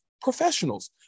professionals